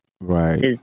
Right